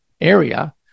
area